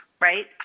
right